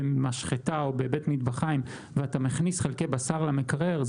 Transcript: במשחטה או בבית מטבחיים ואתה מכניס חלקי בשר למקרר,